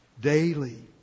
daily